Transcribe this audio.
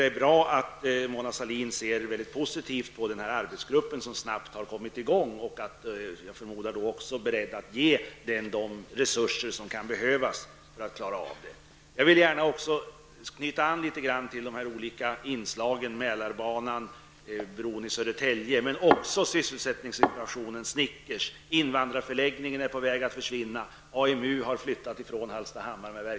Det är bra att Mona Sahlin ser mycket positivt på den arbetsgrupp som snabbt har kommit i gång. Jag förmodar att hon då också är beredd att ge de resurser som kan behövas för att klara av arbetet. Jag vill gärna anknyta något till Mälarbanan, bron i Södertälje och även till sysselsättningssituationen på Snickers. Hallstahammar.